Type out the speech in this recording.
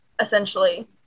essentially